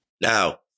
Now